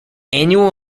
annual